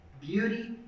beauty